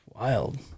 Wild